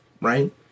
right